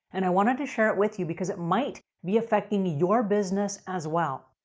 and i wanted to share it with you because it might be affecting your business as well.